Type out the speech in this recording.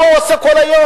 מה הוא עושה כל היום?